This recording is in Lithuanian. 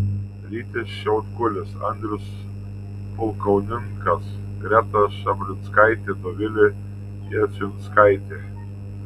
rytis šiautkulis andrius pulkauninkas greta šablinskaitė dovilė jaciunskaitė